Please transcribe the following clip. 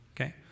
Okay